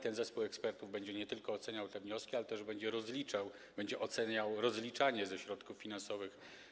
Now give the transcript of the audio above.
Ten zespół ekspertów będzie nie tylko oceniał te wnioski, ale też będzie rozliczał instytucje, będzie oceniał rozliczanie instytucji ze środków finansowych.